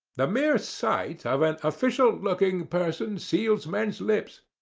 the mere sight of an official-looking person seals men's lips.